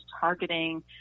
targeting